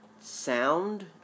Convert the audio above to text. sound